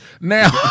Now